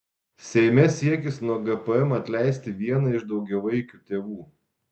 seime siekis nuo gpm atleisti vieną iš daugiavaikių tėvų